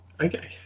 Okay